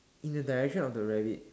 in the direction of the rabbit